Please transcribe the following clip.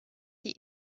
sie